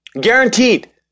Guaranteed